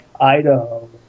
Idaho